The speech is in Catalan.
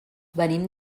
venim